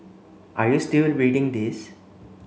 are you still reading this